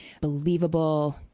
believable